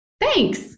Thanks